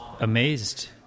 amazed